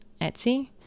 Etsy